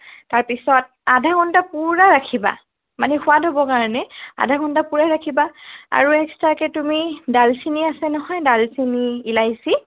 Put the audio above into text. তাৰপিছত আধা ঘণ্টা পুৰা ৰাখিবা মানে সোৱাদ হ'বৰ কাৰণে আধা ঘণ্টা পুৰা ৰাখিবা আৰু এক্সট্ৰাকে তুমি দালচেনি আছে নহয় দালচেনি ইলাইছি